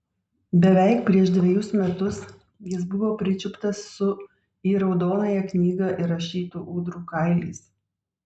beveik prieš dvejus metus jis buvo pričiuptas su į raudonąją knygą įrašytų ūdrų kailiais